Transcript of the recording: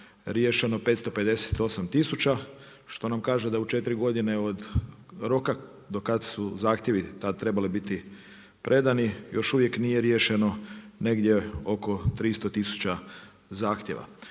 riješeno 558000 što nam kaže da u četiri godine od roka do kad su zahtjevi tad trebali biti predani još uvijek nije riješeno negdje oko 300 tisuća zahtjeva.